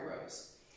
rows